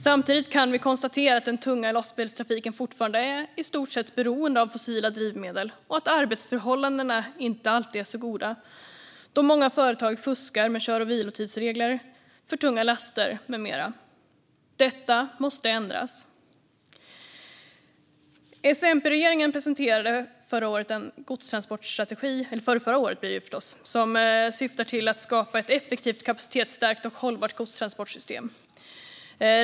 Samtidigt kan vi konstatera att den tunga lastbilstrafiken fortfarande i stort sett är beroende av fossila drivmedel och att arbetsförhållandena inte alltid är goda, eftersom många företag fuskar med kör och vilotidsregler, för tunga laster med mera. Detta måste ändras. S-MP-regeringen presenterade förrförra året en godstransportstrategi som syftar till att skapa ett effektivt, kapacitetsstarkt och hållbart godstransportsystem.